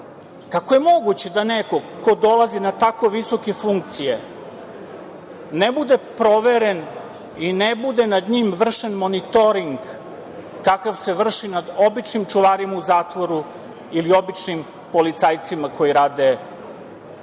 je moguće da neko ko dolazi na tako visoke funkcije ne bude proveren i ne bude nad njim vršen monitoring kakav se vrši nad običnim čuvarima u zatvoru ili običnim policajcima koji rade svoj,